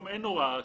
אין הוראה.